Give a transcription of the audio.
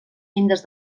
llindes